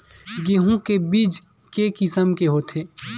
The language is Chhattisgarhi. गेहूं के बीज के किसम के होथे?